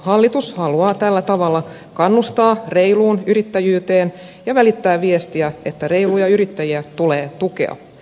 hallitus haluaa tällä tavalla kannustaa reiluun yrittäjyyteen ja välittää viestiä että reiluja yrittäjiä tulee tukea